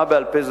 הבעה בעל-פה,